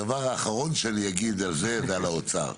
הדבר האחרון שאני אגיד על זה ועל האוצר.